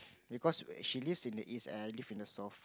because she lives in the East and I live in the South